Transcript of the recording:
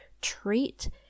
treat